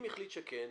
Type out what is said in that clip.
אם החליט שכן,